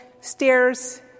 stairs